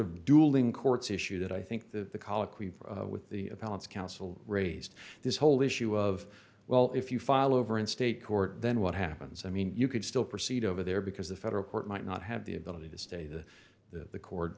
of dueling courts issue that i think the colloquy with the appellants council raised this whole issue of well if you file over in state court then what happens i mean you could still proceed over there because the federal court might not have the ability to stay the the co